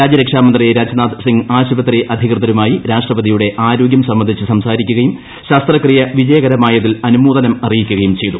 രാജ്യരക്ഷാ മന്ത്രി രാജ്നാഥ് സിംഗ് ആശുപത്രി അധികൃതരുമായി രാഷ്ട്രപതിയുടെ ആരോഗ്യം സംബന്ധിച്ച് സംസാരിക്കുകയും ശസ്ത്രക്രിയ വിജയകരമായതിൽ അനുമോദനമറിയിക്കുയും ചെയ്തു